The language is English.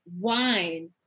Wine